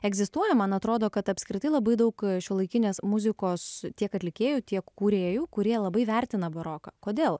egzistuoja man atrodo kad apskritai labai daug šiuolaikinės muzikos tiek atlikėjų tiek kūrėjų kurie labai vertina baroką kodėl